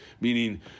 Meaning